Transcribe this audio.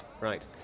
Right